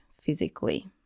physically